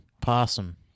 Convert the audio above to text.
Possum